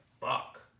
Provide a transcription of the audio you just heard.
fuck